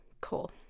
Cool